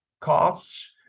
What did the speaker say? costs